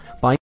by-